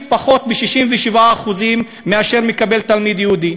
קטן ב-67% מהתקציב אשר מקבל תלמיד יהודי.